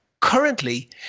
Currently